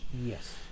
Yes